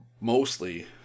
mostly